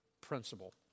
principle